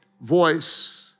voice